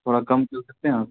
تھوڑا کم کر سکتے ہیں آپ